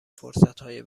فرصتهای